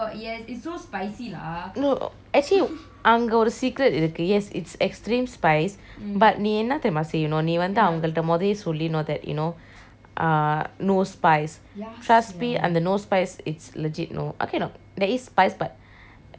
no actually அங்க:ange oru secret இருக்கு:iruuku yes it's extreme spice but நீ என்ன தெரியுமா செய்யணும் நீ வந்து அவ்களுகிட்டே மோதயே சொல்லுனும்:nee enna theriyuma seiyenum nee vanthu avengelukitteh motheiye sollenum that you know uh no spice trust me அந்த:anthe no spice it's legit no okay lah there is spice but very minimum spice